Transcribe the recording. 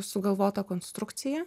sugalvota konstrukcija